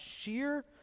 sheer